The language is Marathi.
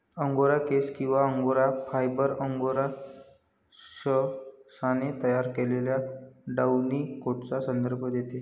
अंगोरा केस किंवा अंगोरा फायबर, अंगोरा सशाने तयार केलेल्या डाउनी कोटचा संदर्भ देते